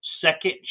Second